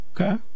Okay